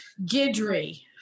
Gidry